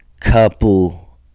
couple